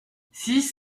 six